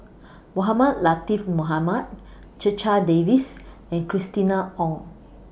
Mohamed Latiff Mohamed Checha Davies and Christina Ong